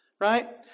right